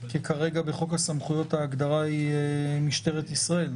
כי כרגע בחוק הסמכויות ההגדרה היא משטרת ישראל,